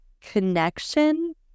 connection